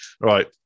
Right